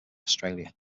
australia